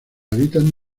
habitan